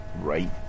right